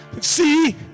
see